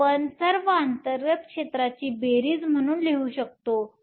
हे आपण सर्व अंतर्गत क्षेत्रांची बेरीज म्हणून लिहू शकतो